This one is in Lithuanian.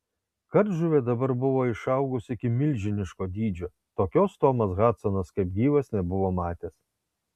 kardžuvė dabar buvo išaugus iki milžiniško dydžio tokios tomas hadsonas kaip gyvas nebuvo matęs